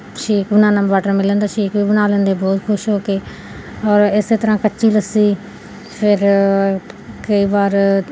shake ਬਣਾਉਣਾ watermelon ਦਾ shake ਵੀ ਬਣਾ ਲੈਂਦੇ ਬਹੁਤ ਖੁਸ਼ ਹੋ ਕੇ ਔਰ ਇਸ ਤਰ੍ਹਾਂ ਕੱਚੀ ਲੱਸੀ ਫਿਰ ਕਈ ਵਾਰ